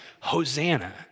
Hosanna